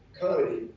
Comedy